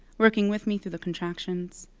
working with me through the contractions.